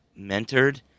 mentored